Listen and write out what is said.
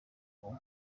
kuri